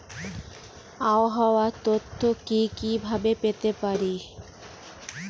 আবহাওয়ার তথ্য কি কি ভাবে পেতে পারি?